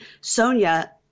Sonia